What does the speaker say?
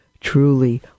truly